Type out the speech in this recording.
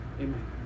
Amen